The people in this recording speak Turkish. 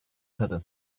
kadın